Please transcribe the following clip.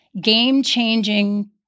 game-changing